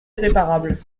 irréparable